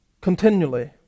continually